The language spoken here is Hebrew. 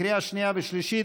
קריאה שנייה ושלישית.